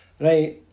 Right